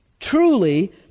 Truly